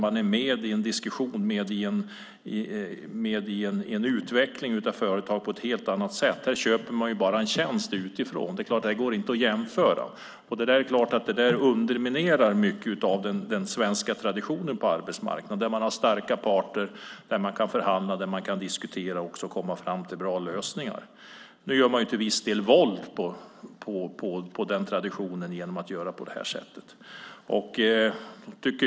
Man är med i diskussionerna och i utvecklingen av företaget på ett helt annat sätt. Här köps bara en tjänst utifrån, och det går naturligtvis inte att jämföra. Det är klart att det underminerar mycket av den svenska traditionen på arbetsmarknaden med starka parter som kan förhandla, diskutera och komma fram till bra lösningar. Nu gör man till viss del våld på den traditionen genom att göra på det här sättet.